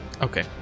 Okay